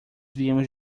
viemos